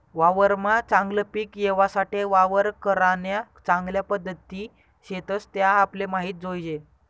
वावरमा चागलं पिक येवासाठे वावर करान्या चांगल्या पध्दती शेतस त्या आपले माहित जोयजे